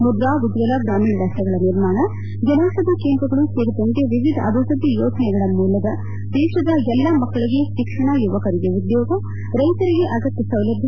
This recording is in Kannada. ಮುಧ್ರಾ ಉಜ್ವಲಾ ಗ್ರಾಮೀಣ ರಸ್ತೆಗಳ ನಿರ್ಮಾಣ ಜನೌಪಧಿ ಕೇಂದ್ರಗಳೂ ಸೇರಿದಂತೆ ವಿವಿಧ ಅಭಿವೃದ್ದಿ ಯೋಜನೆಗಳ ಮೂಲದ ದೇಶದ ಎಲ್ಲಾ ಮಕ್ಕಳಿಗೆ ಶಿಕ್ಷಣ ಯುವಕರಿಗೆ ಉದ್ಯೋಗ ರೈತರಿಗೆ ಅಗತ್ತ ಸೌಲಭ್ಯ